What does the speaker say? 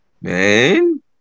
man